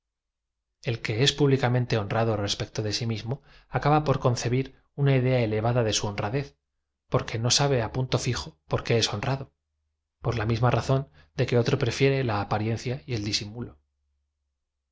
l qne es públicamente honrado respecto de si mis mo acaba por concebir uaa idea elevada de su hon radez porque no sabe á punto fijo por qué es honra do por la misma razón de que otro preñera la apa rie n d a y el disimulo